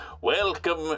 Welcome